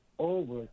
over